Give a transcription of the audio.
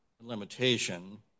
limitation